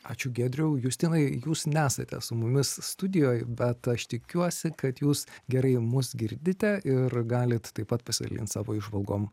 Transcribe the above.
ačiū giedriau justinai jūs nesate su mumis studijoj bet aš tikiuosi kad jūs gerai mus girdite ir galit taip pat pasidalin savo įžvalgom